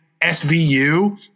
SVU